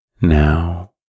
Now